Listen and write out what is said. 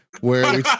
where-